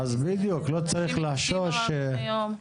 אנשים מגישים עררים היום.